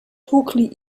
tłukli